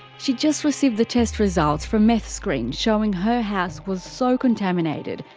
she'd just received the test results from meth screen showing her house was so contaminated,